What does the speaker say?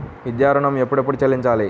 విద్యా ఋణం ఎప్పుడెప్పుడు చెల్లించాలి?